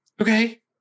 Okay